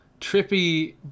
trippy